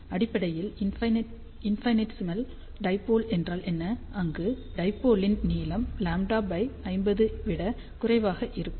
அடிப்படையில் infinitesimal dipole என்றால் என்ன அங்கு டைபோலின் நீளம் λ 50 ஐ விட குறைவாக இருக்கும்